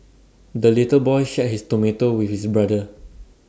the little boy shared his tomato with his brother